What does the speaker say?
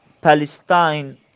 Palestine